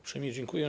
Uprzejmie dziękuję.